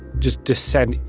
just descend,